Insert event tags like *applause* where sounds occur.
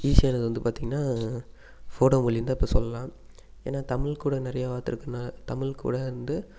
ஈஸியானது வந்து பார்த்திங்கன்னா போடோ மொழின்னுதான் இப்போ சொல்லலாம் ஏன்னா தமிழ் கூட நிறைய *unintelligible* தமிழ் கூட வந்து